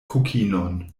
kokinon